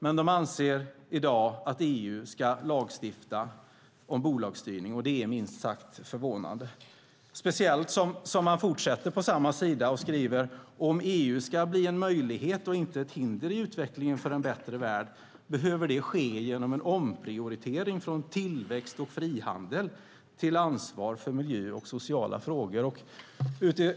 Men de anser i dag att EU ska lagstifta om bolagsstyrning, och det är minst sagt förvånande, speciellt som man fortsätter på samma sida och skriver: "Om EU ska bli en möjlighet och inte ett hinder i utvecklingen för en bättre värld, behöver det ske en omprioritering från tillväxt och frihandel till ansvar för miljö och sociala villkor."